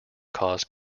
caused